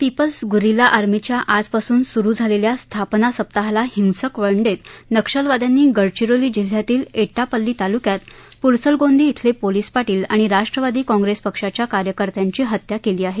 people's guerrilla आर्मीच्या आजपासून स्रु झालेल्या स्थापना सप्ताहाला हिंसक वळण देत नक्षलवाद्यांनी गडचिरोली जिल्ह्यातील एटापल्ली ताल्क्यात प्रसलगोंदी इथले पोलिस पाटील आणि राष्ट्रवादी काँग्रेस पक्षाच्या कार्यकर्त्याची हत्या केली आहे